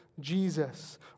Jesus